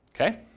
Okay